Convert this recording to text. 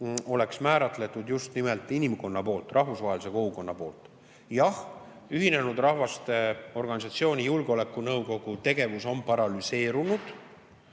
oleks määratletud just nimelt inimkonna poolt, rahvusvahelise kogukonna poolt. Jah, Ühinenud Rahvaste Organisatsiooni Julgeolekunõukogu tegevus on paralüseerunud.